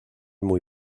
muy